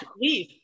leave